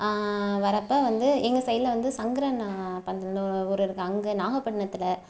வரப்போ வந்து எங்கள் சைடில் வந்து சங்கரன்னுபந்தல்னு ஊர் இருக்கு அங்கே நாகப்பட்டினத்தில்